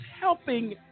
helping